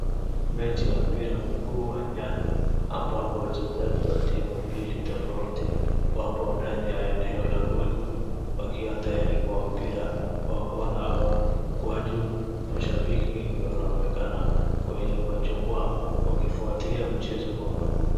Mechi ya mpira wa mguu uwanjani ambapo wachezaji wa timu mbili tofauti wapo ndani ya eneo la goli wakiwa tayari kwa mpira wakona na mkwaju mashabiki ndio wanaonekana kwenye jukwaa wakishangilia mpira kwa makini.